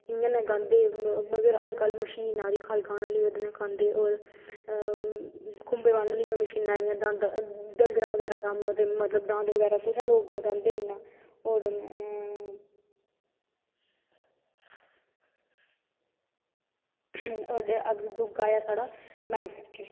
इयां गै गांह्दे हे अज कल मशीन आई दी खल गाह्ने आह्ली ओह्दै नैं गाह्दें और खुम्बे बाह्नें आह्लियां मशीनां आई दियां डंगरैं बगैरा कम्म ते मतलव दांद बगैरा कुत्थैं लोग रहांदे इन्ना और दुऐ ऐ साढ़ा मैनिफैक्चर